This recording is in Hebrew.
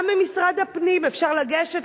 גם במשרד הפנים אפשר לגשת,